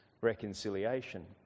reconciliation